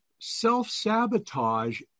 Self-sabotage